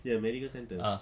they have medical centre